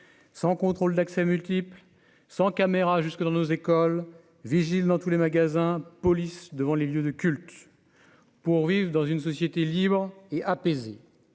sans contrôle d'accès multiple sans caméra jusque dans nos écoles, vigiles dans tous les magasins police devant les lieux de culte pour vivre dans une société libre et apaisé